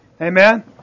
Amen